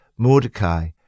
Mordecai